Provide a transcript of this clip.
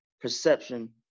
perception